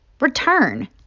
return